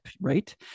right